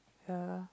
ya